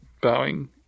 bowing